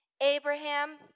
Abraham